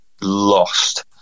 lost